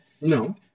No